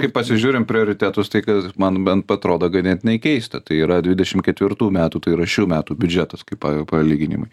kai pasižiūrim prioritetus tai kas man bent atrodo ganėtinai keista tai yra dvidešim ketvirtų metų tai yra šių metų biudžetas kaip palyginimui